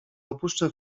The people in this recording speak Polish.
opuszczę